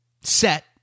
set